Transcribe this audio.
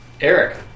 Eric